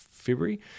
february